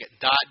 dot